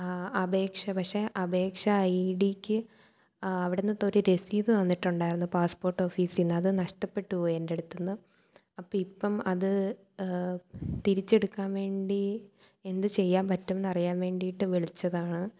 അപേക്ഷ പക്ഷെ അപേക്ഷ ഐ ഡിക്ക് അവിടുന്നതൊരു രസീത് തന്നിട്ടുണ്ടായിരുന്നു പാസ്പ്പോട്ട് ഓഫീസിൽ നിന്ന് അതു നഷ്ടപ്പെട്ടു പോയെൻ്റടുത്തു നിന്ന് അപ്പം ഇപ്പം അത് തിരിച്ചെടുക്കാൻ വേണ്ടി എന്തു ചെയ്യാൻ പറ്റും എന്നറിയാൻ വേണ്ടിയിട്ടു വിളിച്ചതാണ്